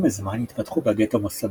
עם הזמן התפתחו בגטו מוסדות.